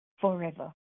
forever